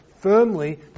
firmly